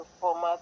format